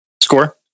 Score